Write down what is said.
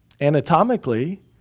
anatomically